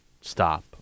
stop